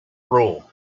rule